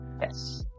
Yes